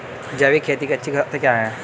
जैविक खेती की अच्छी बातें क्या हैं?